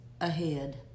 ahead